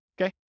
Okay